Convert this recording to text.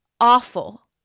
awful